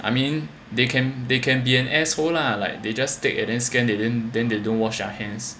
I mean they can they can be an asshole lah like they just take and then scanned and then they don't wash our hands